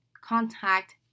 contact